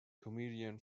comedian